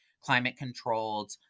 climate-controlled